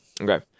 Okay